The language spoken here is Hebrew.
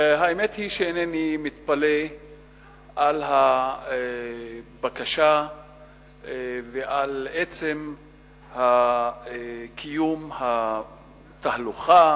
האמת היא שאינני מתפלא על הבקשה ועל עצם קיום התהלוכה